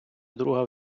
друга